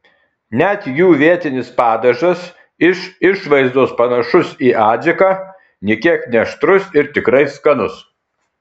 net jų vietinis padažas iš išvaizdos panašus į adžiką nė kiek neaštrus ir tikrai skanus